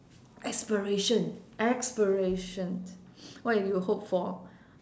aspiration aspirations what you hope for